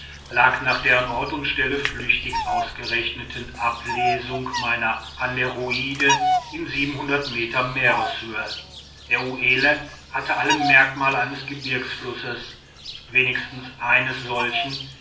lag nach der an ort und stelle flüchtig ausgerechneten ablesung meiner aneroide in meter meereshöhe der uelle hatte alle merkmale eines gebirgsflusses wenigstens eines solchen